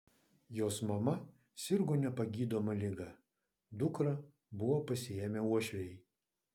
jos mama sirgo nepagydoma liga dukrą buvo pasiėmę uošviai